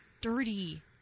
dirty